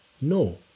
No